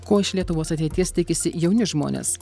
ko iš lietuvos ateities tikisi jauni žmonės